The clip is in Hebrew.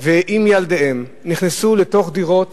ועם ילדיהן, נכנסו לתוך דירות